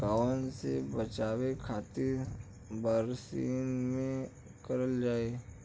कवक से बचावे खातिन बरसीन मे का करल जाई?